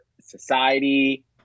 society